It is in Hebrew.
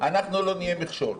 אנחנו לא נהיה מכשול.